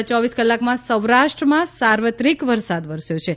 છેલ્લા યોવીસ કલાકમાં સૌરાષ્ટ્રમાં સાર્વત્રિક વરસાદ વરસ્યો છે